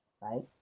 right